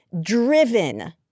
driven